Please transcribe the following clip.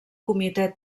comitè